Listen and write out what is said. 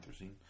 anthracene